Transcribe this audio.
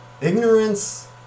ignorance